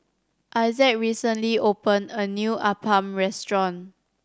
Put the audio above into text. Issac recently opened a new appam restaurant